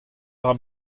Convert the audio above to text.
dra